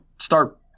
start